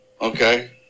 Okay